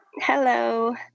Hello